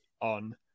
on